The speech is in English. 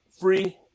free